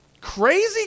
crazy